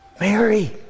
Mary